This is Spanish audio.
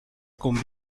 con